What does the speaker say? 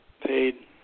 paid